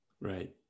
Right